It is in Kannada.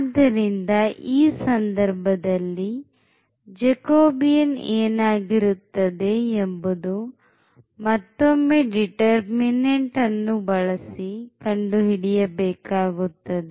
ಆದ್ದರಿಂದ ಈ ಸಂದರ್ಭದಲ್ಲಿ jacobian ಏನಾಗಿರುತ್ತದೆ ಎಂದು ಮತ್ತೊಮ್ಮೆ determinant ಅನ್ನು ಬಳಸಿ ಕಂಡು ಹಿಡಿಯಬೇಕಾಗುತ್ತದೆ